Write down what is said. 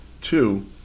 two